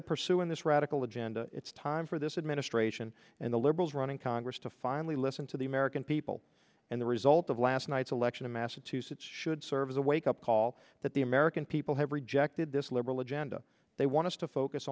of pursuing this radical agenda it's time for this administration and the liberals running congress to finally listen to the american people and the result of last night's election in massachusetts should serve as a wake up call that the american people have rejected this liberal agenda they want to focus